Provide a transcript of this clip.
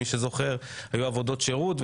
אם זה עבודות שירות,